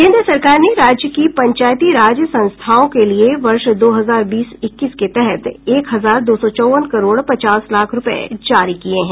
केन्द्र सरकार ने राज्य की पंचायतीराज संस्थाओं के लिए वर्ष दो हजार बीस इक्कीस के तहत एक हजार दो सौ चौंवन करोड़ पचास लाख रूपये जारी किये हैं